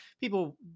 people